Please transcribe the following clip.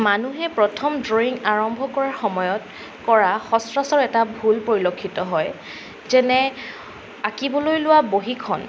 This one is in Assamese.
মানুহে প্ৰথম ড্ৰয়িং আৰম্ভ কৰাৰ সময়ত কৰা সচৰাচৰ এটা ভুল পৰিলক্ষিত হয় যেনে আঁকিবলৈ লোৱা বহীখন